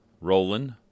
Roland